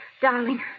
Darling